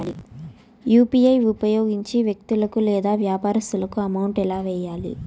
UPI ఉపయోగించి వ్యక్తులకు లేదా వ్యాపారస్తులకు అమౌంట్ ఎలా వెయ్యాలి